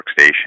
workstation